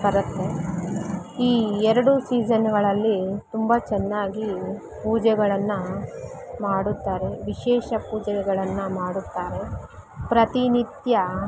ಬರತ್ತೆ ಈ ಎರಡೂ ಸೀಸನ್ಗಳಲ್ಲಿ ತುಂಬ ಚೆನ್ನಾಗಿ ಪೂಜೆಗಳನ್ನು ಮಾಡುತ್ತಾರೆ ವಿಶೇಷ ಪೂಜೆಗಳನ್ನು ಮಾಡುತ್ತಾರೆ ಪ್ರತಿನಿತ್ಯ